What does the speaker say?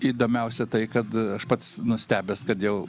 įdomiausia tai kad aš pats nustebęs kad dėl